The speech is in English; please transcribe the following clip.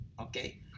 okay